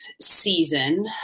season